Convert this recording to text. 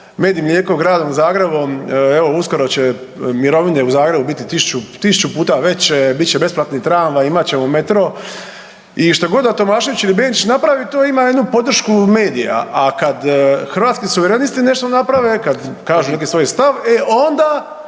med i mlijeko Gradom Zagrebom evo uskoro će mirovine u Zagrebu biti 1000 puta veće, bit će besplatni tramvaj, imat ćemo metro i što god da Tomašević ili Benčić napravi to ima jednu podršku medija, a kad Hrvatski suverenisti nešto naprave kad kažu neki svoj stav, e onda,